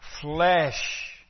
flesh